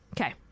okay